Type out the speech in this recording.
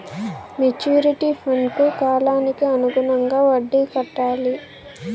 maturity ఫండ్కు కాలానికి అనుగుణంగా వడ్డీ కట్టాలి